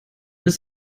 ist